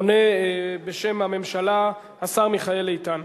עונה בשם הממשלה השר מיכאל איתן.